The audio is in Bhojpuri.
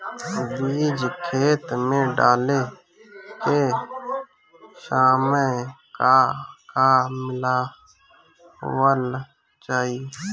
बीज खेत मे डाले के सामय का का मिलावल जाई?